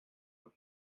are